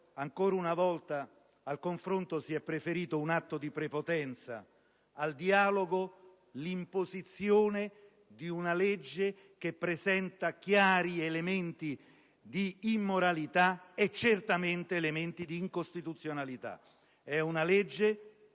ancora una volta, al confronto si è preferito un atto di prepotenza, al dialogo si è preferita l'imposizione di una legge che presenta chiari elementi di immoralità e certamente elementi di incostituzionalità. È una legge